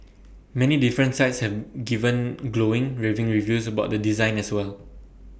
many different sites have given glowing raving reviews about the design as well